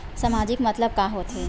सामाजिक मतलब का होथे?